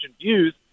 views